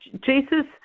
Jesus